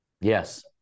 Yes